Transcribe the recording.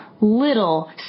little